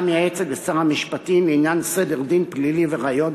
המייעצת לשר המשפטים לעניין סדר דין פלילי וראיות,